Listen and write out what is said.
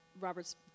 Robert's